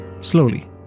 Slowly